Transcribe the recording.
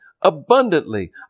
abundantly